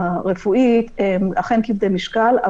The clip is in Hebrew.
הרפואית הם אכן כבדי משקל,